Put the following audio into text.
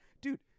Dude